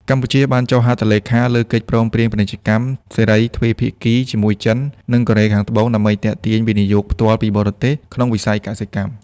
កម្ពុជាបានចុះហត្ថលេខាលើកិច្ចព្រមព្រៀងពាណិជ្ជកម្មសេរីទ្វេភាគីជាមួយចិន និងកូរ៉េខាងត្បូង ដើម្បីទាក់ទាញ វិនិយោគផ្ទាល់ពីបរទេស ក្នុងវិស័យកសិកម្ម។